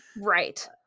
Right